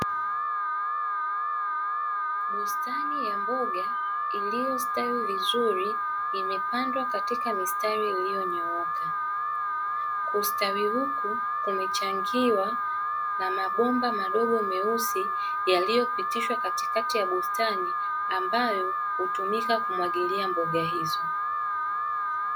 Bustani ya mboga iliyostawi vizuri imepandwa katika mistari iliyonyooka. Kustawi huku kumechangiwa na mabomba madogo meusi yaliyopitishwa katikati ya bustani ambayo hutumika kumwagilia mboga hizo.